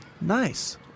Nice